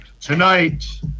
Tonight